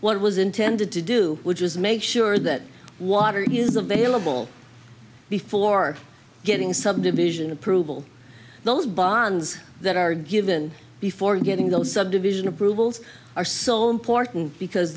what it was intended to do which is make sure that water is available before getting subdivision approval those bonds that are given before getting the subdivision approvals are so important because